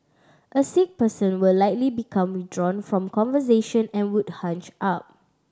a sick person will likely become withdrawn from conversation and would hunch up